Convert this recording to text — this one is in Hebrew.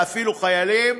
ואפילו חיילים,